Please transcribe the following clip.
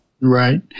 Right